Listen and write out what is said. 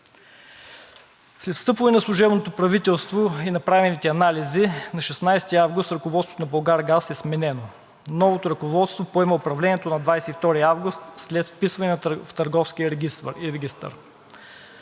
След встъпване на служебното правителство и направените анализи на 16 август 2022 г. ръководството на „Булгаргаз“ е сменено. Новото ръководство поема управлението на 22 август след вписване в Търговския регистър.